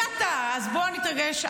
הגעת, אז בוא נתרגש.